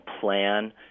plan